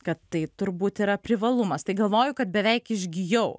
kad tai turbūt yra privalumas tai galvoju kad beveik išgijau